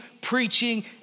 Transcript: preaching